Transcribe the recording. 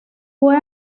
fue